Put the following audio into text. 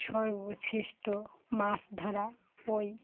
সর্বশেষ্ট মাস ধরা ওই